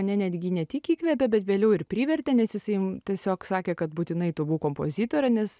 mane netgi ne tik įkvėpė bet vėliau ir privertė nes jisai tiesiog sakė kad būtinai tu būk kompozitore nes